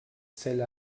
zelle